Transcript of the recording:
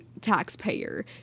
taxpayer